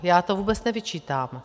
Já to vůbec nevyčítám.